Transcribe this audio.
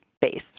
base